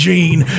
Gene